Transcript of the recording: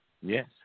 Yes